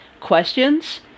Questions